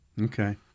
Okay